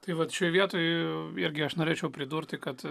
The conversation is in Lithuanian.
tai va čia vietoj irgi aš norėčiau pridurti kad